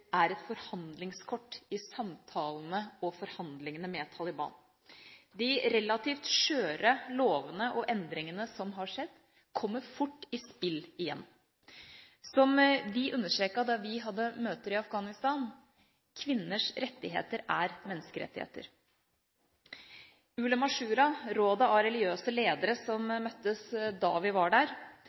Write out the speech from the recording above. er et forhandlingskort i samtalene og forhandlingene med Taliban. De relativt skjøre lovene og endringene som har skjedd, kommer fort i spill igjen. Som vi understreket da vi hadde møter i Afghanistan: Kvinners rettigheter er menneskerettigheter. Ulema Shura, rådet av religiøse ledere som møttes da vi var der,